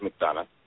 McDonough